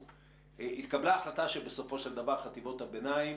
התקבלה החלטה שבסופו של דבר חטיבות הביניים